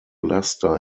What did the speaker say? leicester